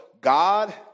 God